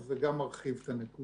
אבל הוא גם מרחיב את הנקודה.